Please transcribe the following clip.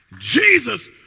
Jesus